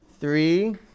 three